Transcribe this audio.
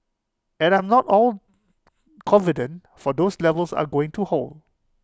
and I'm not all confident for those levels are going to hold